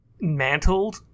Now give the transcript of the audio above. mantled